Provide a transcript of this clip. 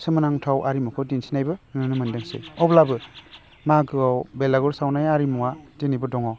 सोमोनांथाव आरिमु दिन्थिनायबो नुनो मोन्दोंसै अब्लाबो मागोआव बेलागुर सावनाय आरिमुवा दिनैबो दङ